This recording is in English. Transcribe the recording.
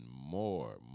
more